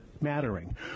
mattering